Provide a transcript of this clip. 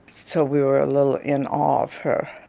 so we were a little in awe of her